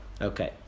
Okay